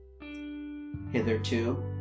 Hitherto